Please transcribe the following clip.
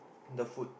the food